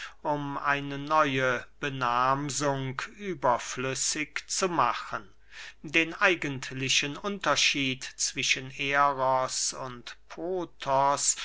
um eine neue benahmsung überflüssig zu machen den eigentlichen unterschied zwischen eros und pothos